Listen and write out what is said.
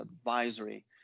advisory